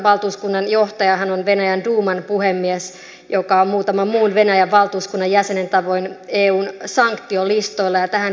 valtuuskunnan johtajahan on venäjän duuman puhemies joka on muutaman muun venäjän valtuuskunnan jäsenen tavoin eun sanktiolistoilla